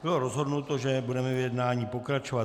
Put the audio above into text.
Bylo rozhodnuto, že budeme v jednání pokračovat.